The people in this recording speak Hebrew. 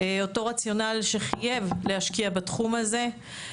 אותו רציונל שחייב להשקיע בתחום הזה.